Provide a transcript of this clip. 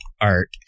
art